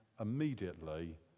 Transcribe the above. immediately